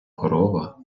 корова